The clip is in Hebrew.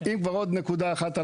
עוד נקודה אחת,